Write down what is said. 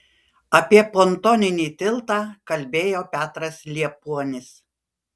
apie pontoninį tiltą kalbėjo petras liepuonis